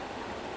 mm